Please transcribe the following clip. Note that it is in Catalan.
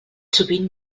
sovint